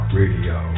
radio